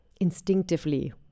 instinctively